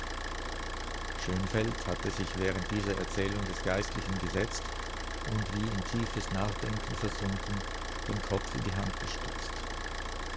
schönfeld hatte sich während dieser erzählung des geistlichen gesetzt und wie in tiefes nachdenken versunken den kopf in die hand gestützt